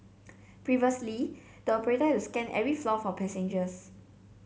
previously the operator had to scan every floor for passengers